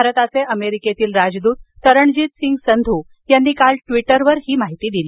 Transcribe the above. भारताचे अमेरिकेतील राजदूत तरणजितसिंग संधू यांनी काल ट्वीटरद्वारे ही माहिती दिली